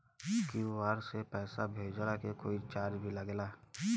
QR से पैसा भेजला के कोई चार्ज भी लागेला?